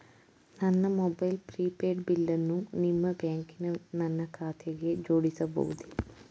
ನನ್ನ mobile prepaid ಬಿಲ್ಲನ್ನು ನಿಮ್ಮ ಬ್ಯಾಂಕಿನ ನನ್ನ ಖಾತೆಗೆ ಜೋಡಿಸಬಹುದೇ?